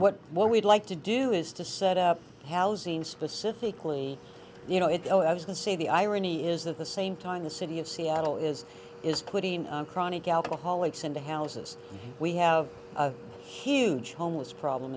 what what we'd like to do is to set up housing specifically you know if i was going to say the irony is that the same time the city of seattle is is putting chronic alcoholics into houses we have a huge homeless problem